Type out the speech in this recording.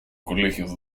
colegios